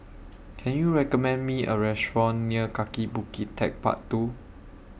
Can YOU recommend Me A Restaurant near Kaki Bukit Techpark two